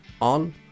on